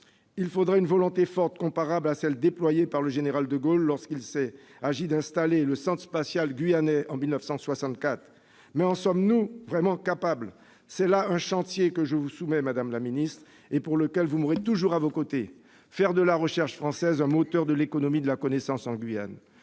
il faudrait une volonté forte, comparable à celle qu'a déployée le général de Gaulle lorsqu'il s'est agi d'installer le Centre spatial guyanais en 1964. Très bien ! Mais en sommes-nous vraiment capables ? C'est là un chantier que je vous soumets, madame la ministre, et pour lequel vous m'aurez toujours à vos côtés : faire de la recherche française un moteur de l'économie de la connaissance en Guyane.